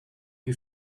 who